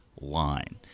Line